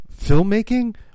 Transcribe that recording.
filmmaking